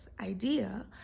idea